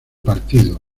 partido